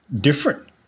different